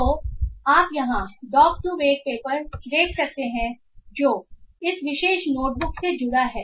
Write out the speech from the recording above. तो आप यहां डॉक्2वेक् पेपर देख सकते हैं जो इस विशेष नोटबुक से जुड़ा हुआ है